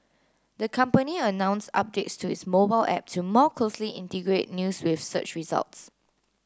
the company announced updates to its mobile app to more closely integrate news with search results